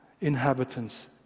inhabitants